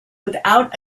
without